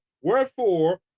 wherefore